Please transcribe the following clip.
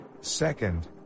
Second